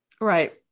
Right